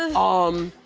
um,